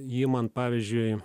jiman pavyzdžiui